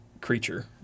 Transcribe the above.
creature